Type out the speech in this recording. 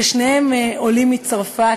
ששניהם עולים מצרפת,